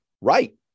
right